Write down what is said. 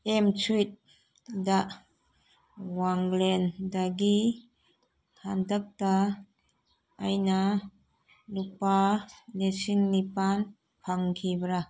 M ꯁ꯭ꯋꯤꯞꯗ ꯋꯥꯡꯂꯦꯟꯗꯒꯤ ꯍꯟꯗꯛꯇ ꯑꯩꯅ ꯂꯨꯄꯥ ꯂꯤꯁꯤꯡ ꯅꯤꯄꯥꯟ ꯐꯪꯈꯤꯕ꯭ꯔꯥ